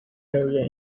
area